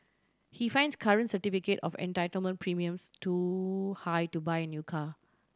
he finds current certificate of entitlement premiums too high to buy a new car